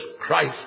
Christ